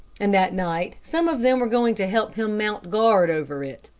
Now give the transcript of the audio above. and that night some of them were going to help him mount guard over it.